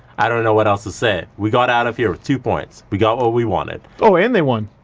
i don't know what else to say. we got out of here with two points we got what we wanted. oh and they won.